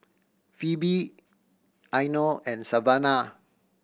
Phebe Eino and Savanah